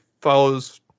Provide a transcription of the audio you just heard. follows